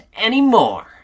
anymore